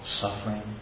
suffering